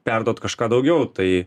perduot kažką daugiau tai